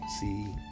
see